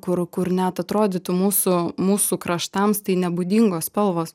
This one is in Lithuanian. kur kur net atrodytų mūsų mūsų kraštams tai nebūdingos spalvos